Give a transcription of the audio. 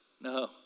No